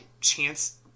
chance